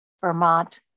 Vermont